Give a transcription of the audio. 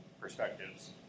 perspectives